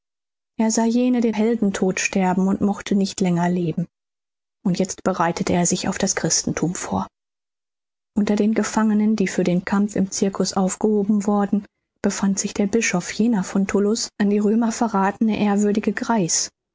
er sah jene den heldentod sterben und mochte nicht länger leben und jetzt bereitete er sich auf das christenthum vor unter den gefangenen die für den kampf im cirkus aufgehoben worden befand sich der bischof jener von tullus an die römer verrathene ehrwürdige greis